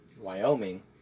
Wyoming